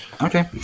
Okay